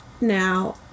now